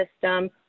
system